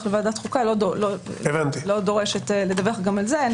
לוועדת חוקה לא דורשת לדווח גם על זה.